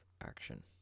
action